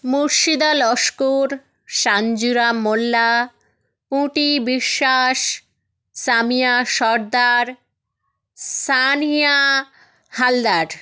Murshida Laskar Sanjura Molla Puti Biswas Samiya Sardar Sania Haldar